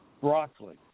broccoli